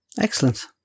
excellent